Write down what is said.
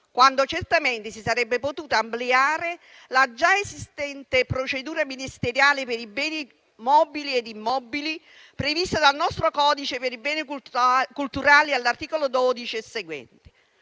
quando certamente si sarebbe potuta ampliare la già esistente procedura ministeriale per i beni mobili e immobili prevista dal nostro codice per i beni culturali all'articolo 12 e seguenti.